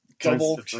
Double